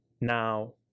Now